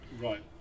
Right